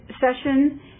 session